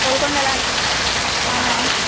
గోల్కొండ అలాంటివి